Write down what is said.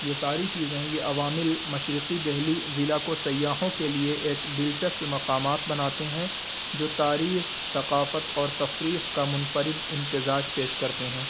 یہ ساری چیزیں ہیں یہ عوامل مشرقی دہلی ضلع کو سیاحوں کے لیے ایک دلچسپ مقامات بناتے ہیں جو تاریخ ثقافت اور تفریح کا منفرد امتزاج پیش کرتے ہیں